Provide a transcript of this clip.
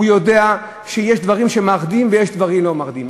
יודע שיש דברים שמאחדים ויש דברים שלא מאחדים.